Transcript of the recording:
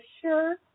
sure